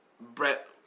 Brett